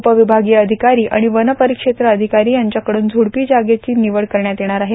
उपविभागीय अधिकारी आणि वन परिक्षेत्र अधिकारी यांचेकडून झ्रडपी जागेची निवड करण्यात येणार आहे